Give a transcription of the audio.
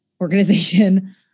organization